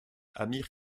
amir